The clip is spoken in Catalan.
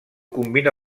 combina